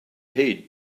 heed